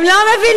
הם לא מבינים.